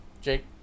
Jake